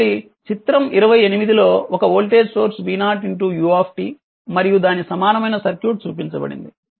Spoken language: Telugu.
కాబట్టి చిత్రం 28 లో ఒక వోల్టేజ్ సోర్స్ v0u మరియు దాని సమానమైన సర్క్యూట్ చూపించబడింది